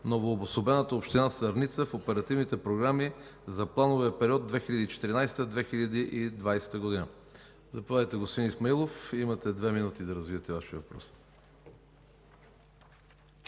новообособената община Сърница по оперативните програми за плановия период 2014 – 2020 г. Заповядайте, господин Исмаилов – имате две минути да развиете Вашия въпрос.